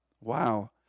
wow